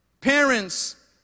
Parents